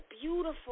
beautiful